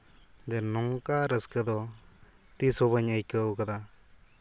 ᱡᱮ ᱱᱚᱝᱠᱟ ᱨᱟᱹᱥᱠᱟᱹ ᱫᱚ ᱛᱤᱥᱦᱚᱸ ᱵᱟᱹᱧ ᱟᱹᱭᱠᱟᱹᱣ ᱠᱟᱫᱟ